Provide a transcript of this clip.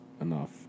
enough